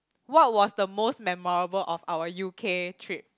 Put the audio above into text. what was the most memorable of our U_K trip